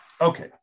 Okay